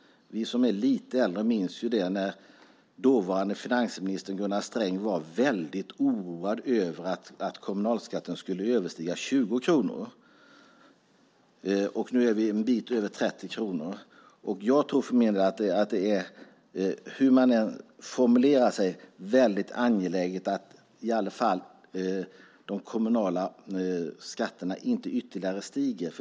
Vi som är lite äldre minns när dåvarande finansministern Gunnar Sträng var oroad över att kommunalskatten skulle överstiga 20 kronor. Nu är vi en bit över 30 kronor. Hur man än formulerar sig är det angeläget att de kommunala skatterna inte ytterligare stiger.